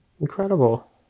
incredible